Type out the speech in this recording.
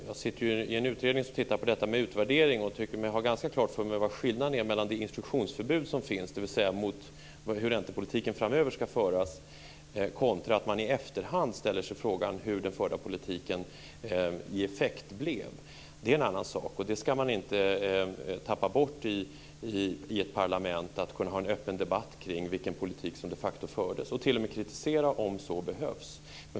Jag sitter i en utredning som tittar på detta med utvärdering och tycker mig ha ganska klart för mig vad skillnaden är mellan det instruktionsförbud som finns, hur räntepolitiken framöver ska föras, och att man i efterhand ställer sig frågan hur den förda politiken i effekt blev. Det är en annan sak, och man ska inte tappa bort i ett parlament att kunna ha en öppen debatt kring vilken politik som de facto fördes och t.o.m. kritisera om så behövs.